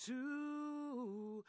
to